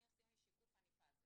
אני אם עושים לי שיקוף אני פאזל.